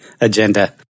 agenda